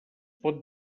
pot